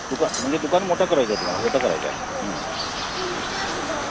दुकान म्हणजे दुकान मोठं करायचं आहे तुम्हाला मोठं करायचं आहे ओके